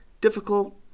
difficult